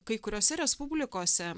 kai kuriose respublikose